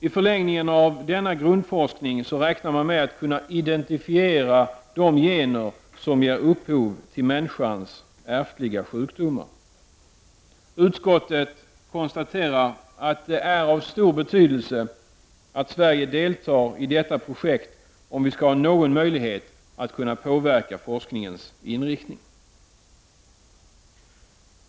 I förlängningen av denna grundforskning räknar man med att kunna identifiera de gener som ger upphov till människans ärftliga sjukdomar. Utskottet konstaterar att det är av stor betydelse att Sverige deltar i detta projekt om vi skall ha någon möjlighet att kunna påverka forskningens inriktning.